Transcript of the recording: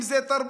אם זה תרבות,